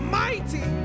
mighty